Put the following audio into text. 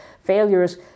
failures